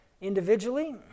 individually